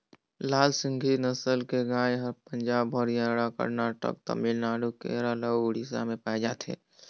लाल सिंघी नसल के गाय हर पंजाब, हरियाणा, करनाटक, तमिलनाडु, केरल अउ उड़ीसा में पाए जाथे